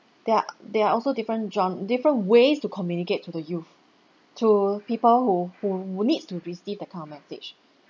there are there are also different genr~ different ways to communicate to the youth to people who who needs to receive that kind of message